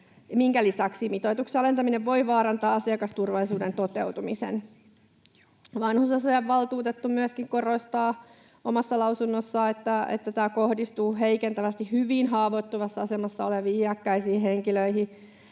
minkä lisäksi mitoituksen alentaminen voi vaarantaa asiakasturvallisuuden toteutumisen. Vanhusasiainvaltuutettu myöskin korostaa omassa lausunnossaan, että tämä kohdistuu heikentävästi hyvin haavoittuvassa asemassa oleviin iäkkäisiin henkilöihin.